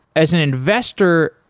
as an investor,